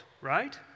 right